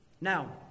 Now